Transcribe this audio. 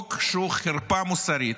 חוק שהוא חרפה מוסרית,